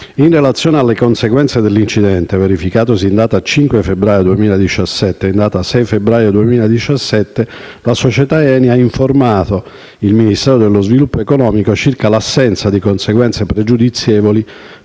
In relazione alle conseguenze dell'incidente verificatosi in data 5 febbraio 2017, il giorno seguente la società ENI ha informato il Ministero dello sviluppo economico dell'assenza di conseguenze pregiudizievoli